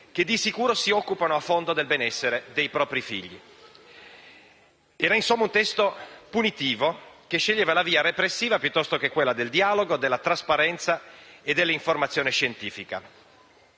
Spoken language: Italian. che di sicuro si occupano a fondo del benessere dei propri figli. Era, insomma, un testo punitivo, che sceglieva la via repressiva, piuttosto che quella del dialogo, della trasparenza e dell'informazione scientifica.